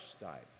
died